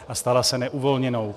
A stala se neuvolněnou.